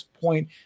point